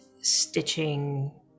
stitching